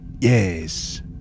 yes